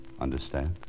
Understand